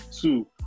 Two